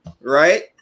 right